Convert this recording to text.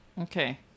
Okay